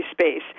space